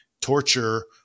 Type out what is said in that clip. Torture